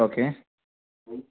okay